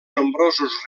nombrosos